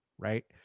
right